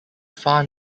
far